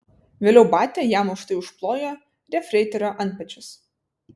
vėliau batia jam už tai užplojo jefreiterio antpečius